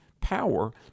power